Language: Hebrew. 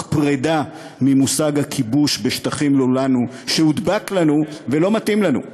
פרידה ממושג הכיבוש בשטחים לא לנו שהודבק לנו ולא מתאים לנו.